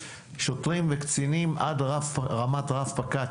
שוטרים וקצינים עד רמת רב-פקד,